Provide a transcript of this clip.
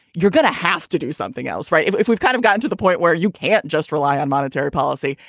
you're going to have to do something else. right. if if we've kind of gotten to the point where you can't just rely on monetary policy,